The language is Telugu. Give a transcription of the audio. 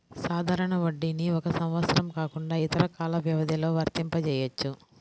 సాధారణ వడ్డీని ఒక సంవత్సరం కాకుండా ఇతర కాల వ్యవధిలో వర్తింపజెయ్యొచ్చు